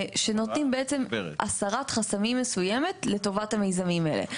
שנותנים בעצם הסרת חסמים מסוימת לטובת המיזמים האלה.